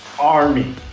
Army